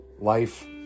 life